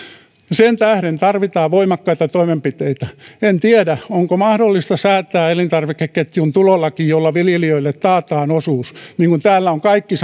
sen tähden tarvitaan voimakkaita toimenpiteitä en tiedä onko mahdollista säätää elintarvikeketjun tulolaki jolla viljelijöille taataan osuus niin kuin täällä ovat kaikki